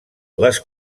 les